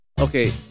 Okay